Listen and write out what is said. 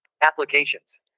Applications